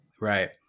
Right